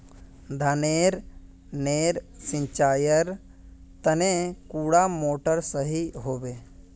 धानेर नेर सिंचाईर तने कुंडा मोटर सही होबे?